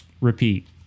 repeat